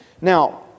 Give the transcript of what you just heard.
Now